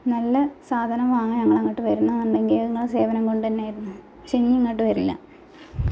നല്ല സാധനം വാങ്ങാൻ ഞങ്ങൾ അങ്ങോട്ട് വരുന്നുണ്ടെങ്കിൽ നിങ്ങളുടെ സേവനം കൊണ്ടുതന്നെയായിരുന്നു പക്ഷേ ഇനി ഇങ്ങോട്ട് വരില്ല